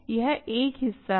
यह एक हिस्सा है